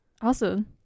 awesome